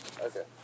okay